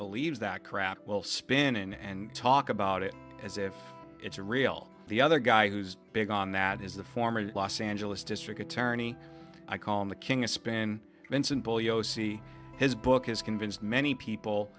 believes that crap will spin in and talk about it as if it's a real the other guy who's big on that is the former los angeles district attorney i call him the king of spin vincent bugliosi his book is convinced many people